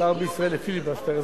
בשר בישראל לפיליבסטר?